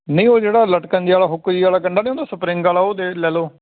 ਨਹੀਂ ਉਹ ਜਿਹੜਾ ਲਟਕਣ ਜਿਹੇ ਵਾਲਾ ਹੁੱਕ ਜਿਹੀ ਵਾਲਾ ਕੰਡਾ ਨਹੀਂ ਹੁੰਦਾ ਸਪ੍ਰਿੰਗ ਵਾਲਾ ਉਹ ਦੇ ਲੈ ਲਓ